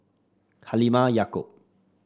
Halimah Yacob